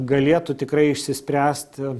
galėtų tikrai išsispręst